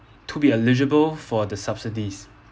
to be eligible for the subsidies